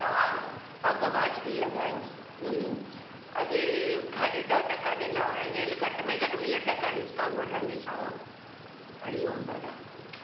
तव्हां अघु वाजिबी लॻायो अॻिए खाली ॾह टका ॾिना हेल घटि में घटि वीह टका डिस्काउंट वठंदीसांव हरिओम दादा